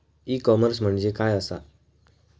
E commerce म्हणजे काय असा?